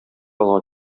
алга